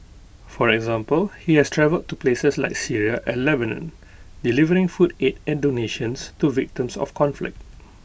for example he has travelled to places like Syria and Lebanon delivering food aid and donations to victims of conflict